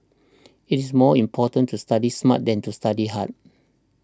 it is more important to study smart than to study hard